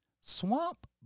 swamp